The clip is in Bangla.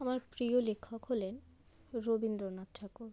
আমার প্রিয় লেখক হলেন রবীন্দ্রনাথ ঠাকুর